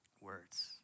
words